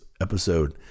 episode